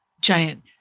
giant